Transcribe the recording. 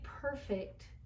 perfect